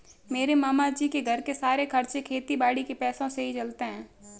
मेरे मामा जी के घर के सारे खर्चे खेती बाड़ी के पैसों से ही चलते हैं